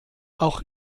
auch